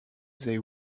they